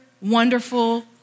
wonderful